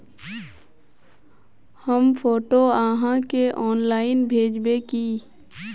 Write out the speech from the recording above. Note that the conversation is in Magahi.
हम फोटो आहाँ के ऑनलाइन भेजबे की?